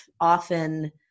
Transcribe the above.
often